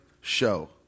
show